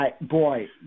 Boy